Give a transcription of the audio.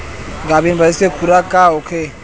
गाभिन भैंस के खुराक का होखे?